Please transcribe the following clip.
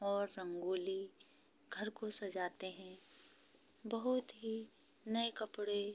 और रंगोली घर को सजाते हैं बहुत ही नए कपड़े